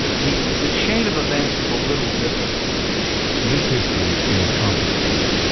the the chain of events is a little different this history is complicated.